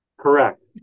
Correct